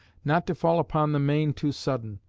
not to fall upon the main too sudden,